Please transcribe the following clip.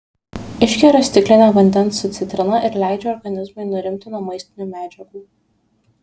išgeriu stiklinę vandens su citrina ir leidžiu organizmui nurimti nuo maistinių medžiagų